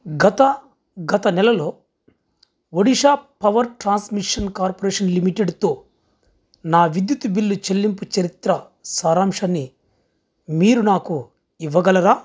గత గత నెలలో ఒడిశా పవర్ ట్రాన్స్మిషన్ కార్పొరేషన్ లిమిటెడ్తో నా విద్యుత్ బిల్లు చెల్లింపు చరిత్ర సారాంశాన్ని మీరు నాకు ఇవ్వగలరా